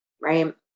Right